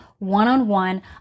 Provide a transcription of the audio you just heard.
one-on-one